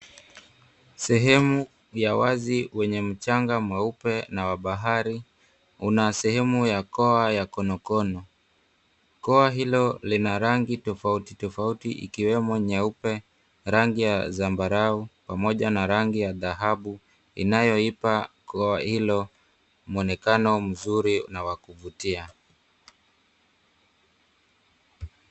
Sehemu ya wazi wenye mchanga mweupe na wa bahari, una sehemu ya koa ya konokono. Koa hilo lina rangi tofauti tofauti ikiwemo nyeupe rangi ya zambarau pamoja na rangi ya dhahabu inayoipa koa hilo muonekano mzuri na wa kuvutia.